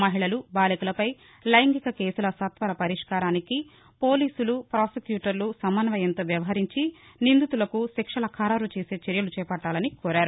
మహిళలు బాలికల లైంగిక కేసుల సత్వర పరిష్కారానికి పోలీసులు ప్రాసిక్యూటర్లు సమన్వయంతో వ్యవహరించి నిందితులకు శిక్షల ఖరారు జరిగే చర్యలు చేపట్లాలని కోరారు